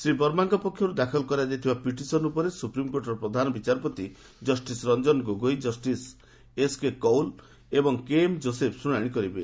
ଶ୍ରୀ ବର୍ମାଙ୍କ ପକ୍ଷରୁ ଦାଖଲ କରାଯାଇଥିବା ପିଟିସନ୍ ଉପରେ ସୁପ୍ରିମ୍କୋର୍ଟର ପ୍ରଧାନ ବିଚାରପତି ରଞ୍ଜନ ଗୋଗୋଇ ଜଷ୍ଟିସ୍ ଏସ୍କେ କୌଲ୍ ଏବଂ କେଏମ୍ ଜୋସେଫ୍ ଶୁଣାଣି କରିବେ